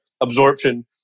absorption